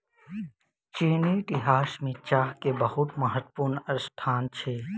चीनी इतिहास में चाह के बहुत महत्वपूर्ण स्थान अछि